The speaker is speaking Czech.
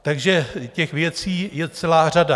Takže těch věcí je celá řada.